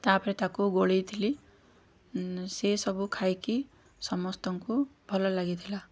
ତା'ପରେ ତାକୁ ଗୋଳେଇଥିଲି ସେ ସବୁ ଖାଇକି ସମସ୍ତଙ୍କୁ ଭଲ ଲାଗିଥିଲା